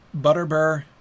Butterbur